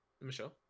Michelle